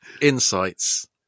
Insights